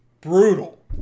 Brutal